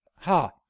ha